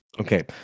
Okay